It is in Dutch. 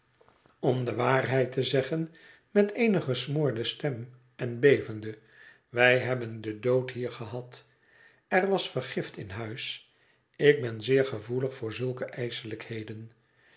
om de waarheid te zeggen met eene gesmoorde stem en bevende wij hebben den dood hier gehad er was vergift in huis ik ben zeer gevoelig voor zulke ijselijkheden